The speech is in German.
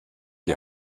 die